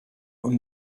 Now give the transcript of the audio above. own